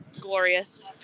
glorious